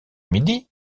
midi